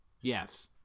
Yes